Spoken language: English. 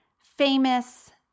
famous